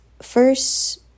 First